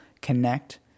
connect